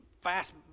fast